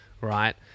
right